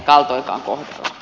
arvoisa puhemies